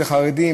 חרדים,